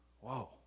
Whoa